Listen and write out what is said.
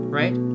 right